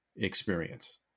Experience